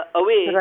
away